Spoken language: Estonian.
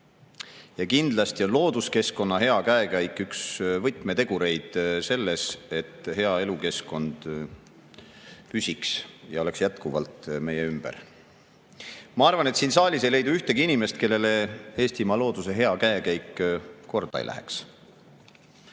Ja kindlasti on looduskeskkonna hea käekäik üks võtmetegureid selles, et hea elukeskkond püsiks ja oleks jätkuvalt meie ümber. Ma arvan, et siin saalis ei leidu ühtegi inimest, kellele Eestimaa looduse hea käekäik korda ei läheks.